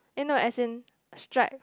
eh no as in stripe